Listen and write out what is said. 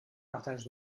partage